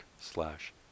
slash